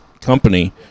company